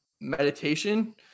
meditation